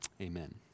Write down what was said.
Amen